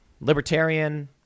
Libertarian